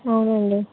అవునండి